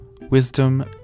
Wisdom